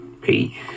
Peace